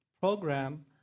program